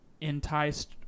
enticed